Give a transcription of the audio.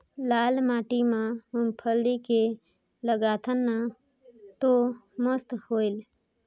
लाल माटी म मुंगफली के लगाथन न तो मस्त होयल?